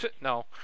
no